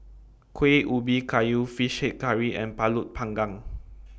Kuih Ubi Kayu Fish Head Curry and Pulut Panggang